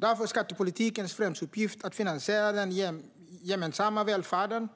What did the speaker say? Därför är skattepolitikens främsta uppgift att finansiera den gemensamma välfärden,